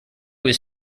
was